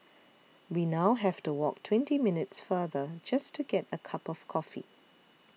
we now have to walk twenty minutes farther just to get a cup of coffee